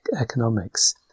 economics